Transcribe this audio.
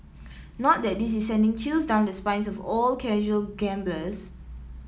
not that this is sending chills down the spines of all casual gamblers